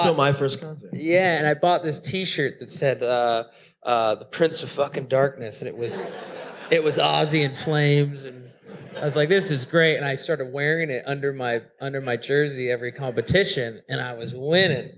um my first concert. yeah, and i bought this t-shirt that said the ah prince of fucking darkness and it was it was ozzie in flames and i was like, this is great. and i started wearing it under my under my jersey every competition and i was winning.